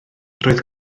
roedd